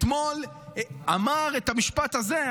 אמר אתמול את המשפט הזה,